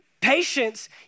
patience